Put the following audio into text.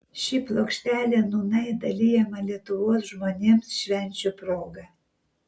ši plokštelė nūnai dalijama lietuvos žmonėms švenčių proga